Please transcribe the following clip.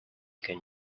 can